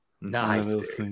Nice